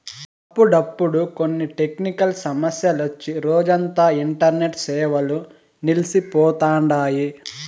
అప్పుడప్పుడు కొన్ని టెక్నికల్ సమస్యలొచ్చి రోజంతా ఇంటర్నెట్ సేవలు నిల్సి పోతండాయి